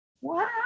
Wow